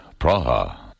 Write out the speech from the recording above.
Praha